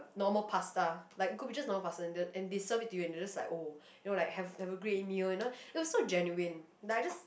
normal pasta like could be just normal pasta and they and they serve it to you and they just like oh you know like have have a great meal you know it was so genuine like I just